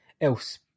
else